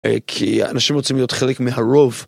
כי אנשים רוצים להיות חלק מהרוב.